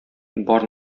бар